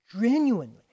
Genuinely